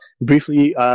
Briefly